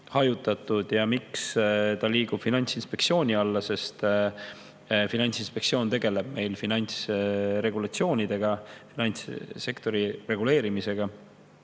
hajutatud. Miks liigub see Finantsinspektsiooni alla? Finantsinspektsioon tegeleb meil finantsregulatsioonidega, finantssektori reguleerimisega.